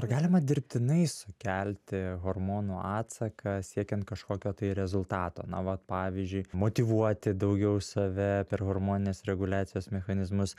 ar galima dirbtinai sukelti hormonų atsaką siekiant kažkokio tai rezultato na vat pavyzdžiui motyvuoti daugiau save per hormoninės reguliacijos mechanizmus